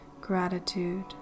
gratitude